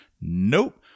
Nope